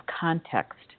context